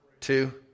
two